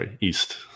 East